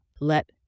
Let